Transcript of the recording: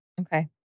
Okay